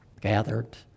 gathered